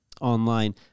online